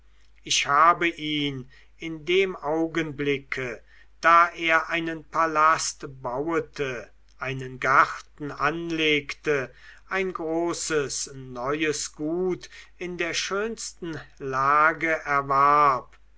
ich habe ihn in dem augenblicke da er einen palast bauete einen garten anlegte ein großes neues gut in der schönsten lage erwarb